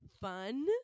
fun